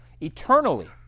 eternally